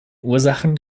ursachen